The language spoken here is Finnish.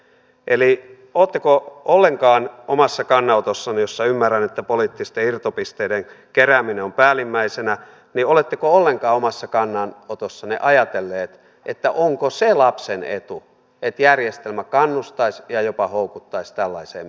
eli oletteko ollenkaan omassa kannanotossanne jossa ymmärrän että poliittisten irtopisteiden kerääminen on päällimmäisenä violetit collegeamassa kannan otossa ne ajatelleet sitä että onko se lapsen etu että järjestelmä kannustaisi ja jopa houkuttaisi tällaiseen menettelyyn